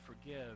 forgive